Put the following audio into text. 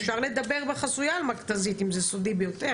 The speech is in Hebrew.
אפשר לדבר בחסויה על מכת"זית אם זה סודי ביותר.